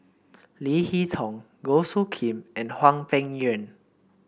Leo Hee Tong Goh Soo Khim and Hwang Peng Yuan